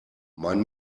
mein